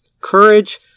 courage